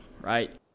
right